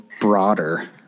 broader